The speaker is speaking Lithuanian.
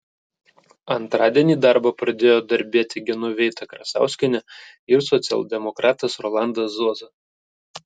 antradienį darbą pradėjo darbietė genoveita krasauskienė ir socialdemokratas rolandas zuoza